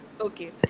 Okay